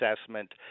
assessment